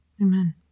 Amen